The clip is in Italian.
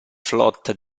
flotta